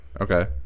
Okay